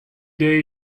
day